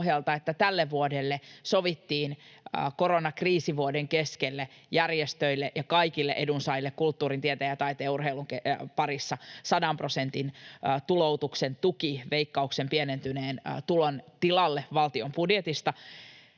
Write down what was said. että tälle vuodelle sovittiin, koronakriisivuoden keskelle, järjestöille ja kaikille edunsaajille kulttuurin, tieteen, taiteen ja urheilun parissa 100 prosentin tuloutuksen tuki Veikkauksen pienentyneen tulon tilalle valtion budjetista.